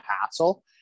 hassle